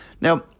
Now